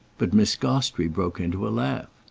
but miss gostrey broke into a laugh.